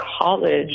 college